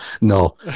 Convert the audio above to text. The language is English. no